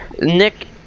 nick